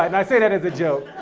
i say that as a joke.